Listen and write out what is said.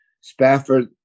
Spafford